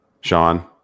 Sean